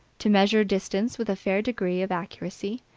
to measure distance with a fair degree of accuracy,